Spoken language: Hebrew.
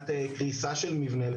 יום ה 10 באוקטובר 2021,